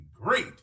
great